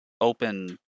open